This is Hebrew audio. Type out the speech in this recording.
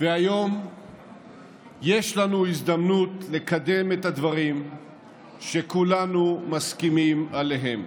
והיום יש לנו הזדמנות לקדם את הדברים שכולנו מסכימים עליהם.